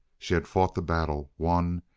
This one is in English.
she had fought the battle, won,